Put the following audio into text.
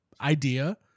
idea